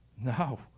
No